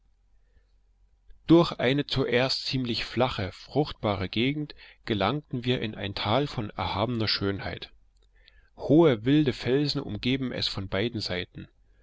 durch eine zuerst ziemlich flache fruchtbare gegend gelangten wir in ein tal von erhabener schönheit hohe wilde felsen umgeben es von beiden seiten